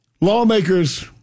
lawmakers